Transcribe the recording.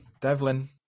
Devlin